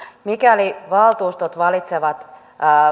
mikäli valtuustot valitsevat